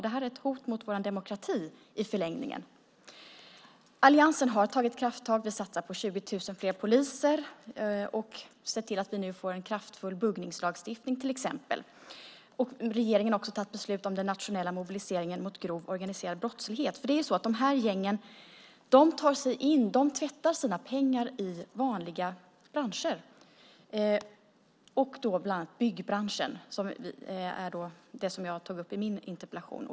Det här är i förlängningen ett hot mot vår demokrati. Alliansen har tagit krafttag. Vi satsar till exempel på 20 000 fler poliser och ser till att vi nu får en kraftfull buggningslagstiftning. Regeringen har också fattat beslut om den nationella mobiliseringen mot grov, organiserad brottslighet. De här gängen tvättar ju sina pengar i vanliga branscher, bland annat byggbranschen som är den som jag har tagit upp i min interpellation.